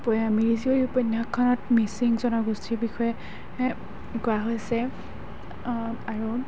উপ মিৰি জীয়ৰী উপন্যাসখনত মিচিং জনগোষ্ঠীৰ বিষয়ে কোৱা হৈছে আৰু